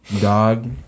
Dog